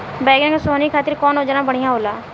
बैगन के सोहनी खातिर कौन औजार बढ़िया होला?